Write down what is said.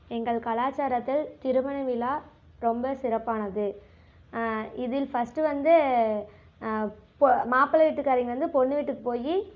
எங்கள் கலாசாரத்தில் திருமண விழா ரொம்ப சிறப்பானது இதில் ஃபர்ஸ்ட்டு வந்து பொ மாப்பிள்ளை வீட்டு காரவங்க வந்து பொண்ணு வீட்டுக்கு போய்